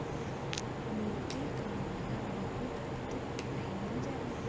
मोती क माला बहुत पहिनल जाला